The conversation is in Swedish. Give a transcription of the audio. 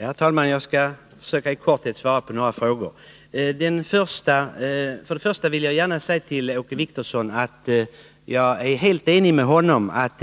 Herr talman! Jag skall försöka att kortfattat svara på några frågor. Till att börja med vill jag gärna säga till Åke Wictorsson att jag är helt ense med honom om att